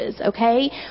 okay